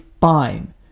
fine